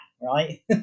right